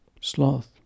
Sloth